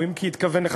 או אם התכוון לכך,